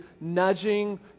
nudging